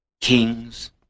kings